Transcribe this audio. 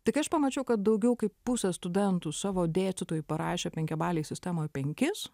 tai kai aš pamačiau kad daugiau kaip pusė studentų savo dėstytojui parašė penkiabalėj sistemoje penkis